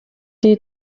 die